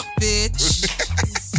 bitch